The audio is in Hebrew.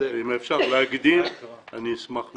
אם אפשר להקדים, אני אשמח מאוד.